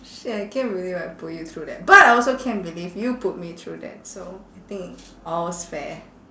shit I can't believe I put you through that but I also can't believe you put me through that so I think all's fair